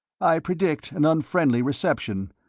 i predict an unfriendly reception,